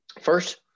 First